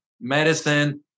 medicine